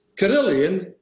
Carillion